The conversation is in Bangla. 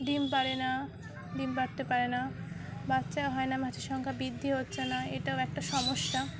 ডিম পারে না ডিম পারতে পারে না বাচ্চা হয় না মাছের সংখ্যা বৃদ্ধি হচ্ছে না এটাও একটা সমস্যা